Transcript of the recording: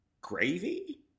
Gravy